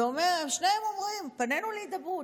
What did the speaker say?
ושניהם אומרים: פנינו להידברות.